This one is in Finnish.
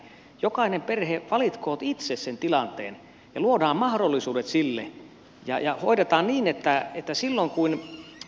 jokainen perhe valitkoon itse sen tilanteen ja luodaan mahdollisuudet sille ja hoidetaan niin että silloin kun naiset ovat työelämässä